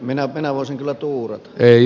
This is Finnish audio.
minä minä voisin kyllä tuura ei